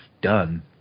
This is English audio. done